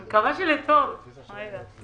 אני מתכבד לפתוח את ישיבת ועדת הכספים.